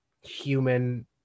human